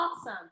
awesome